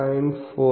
4940